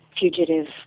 fugitive